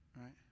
right